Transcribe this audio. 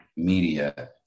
media